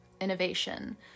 innovation